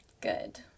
good